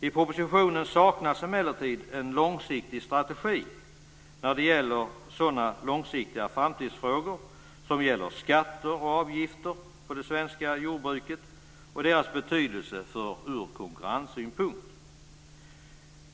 I propositionen saknas emellertid en långsiktig strategi i framtidsfrågor som gäller skatter och avgifter på det svenska jordbruket och dessas betydelse ur konkurrenssynpunkt.